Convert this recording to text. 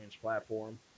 platform